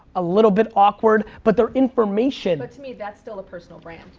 a little bit awkward, but their information but to me, that's still a personal brand.